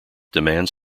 demands